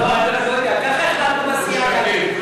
לא יודע, ככה החלטנו בסיעה להגיד.